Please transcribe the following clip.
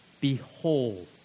Behold